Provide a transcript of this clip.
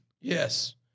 yes